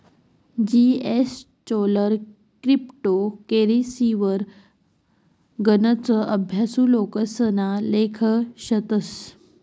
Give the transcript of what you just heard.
जीएसचोलर क्रिप्टो करेंसीवर गनच अभ्यासु लोकेसना लेख शेतस